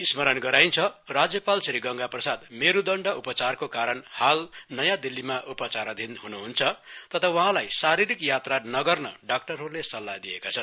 स्मरण गराइन्छ राज्यपाल श्री गंगा प्रसाद मेरुदण्ड उपचारका कारण हाल नयाँ दिल्लीमा उपचाराधीन हुनुहुन्छ तथा वहाँलाई शारीरिक यात्रा नगर्न डाक्टरहरूले सल्लाह दिएका छन्